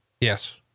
Yes